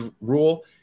rule